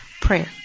prayer